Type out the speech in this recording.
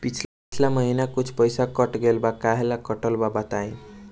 पिछला महीना कुछ पइसा कट गेल बा कहेला कटल बा बताईं?